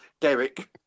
Derek